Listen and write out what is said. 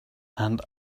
and